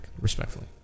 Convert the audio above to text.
Respectfully